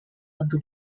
unto